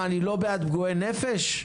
מה, אני לא בעד פגועי נפש?